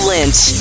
Lynch